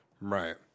Right